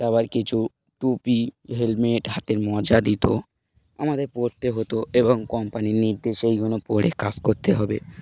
আবার কিছু টুপি হেলমেট হাতের মোজা দিত আমাদের পড়তে হতো এবং কোম্পানির নির্দেশেইগুলো পরে কাজ করতে হবে